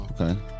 okay